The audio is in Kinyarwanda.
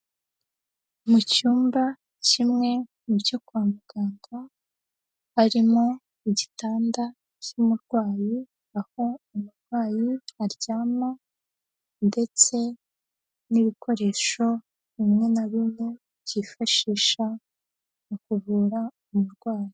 Mu cyumba kimwe mu byo kwa muganga, harimo igitanda cy'umurwayi, aho umurwayi aryama ndetse n'ibikoresho bimwe na bimwe byifashisha mu kuvura umurwayi.